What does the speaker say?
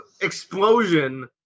explosion